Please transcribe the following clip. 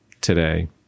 today